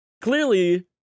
Clearly